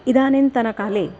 इदानीन्तनकाले